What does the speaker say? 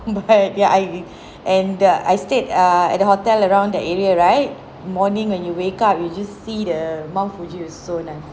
but ya I and err I stayed err at the hotel around that area right morning when you wake up you just see the mount fuji it was so nice